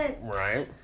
Right